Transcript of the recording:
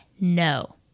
No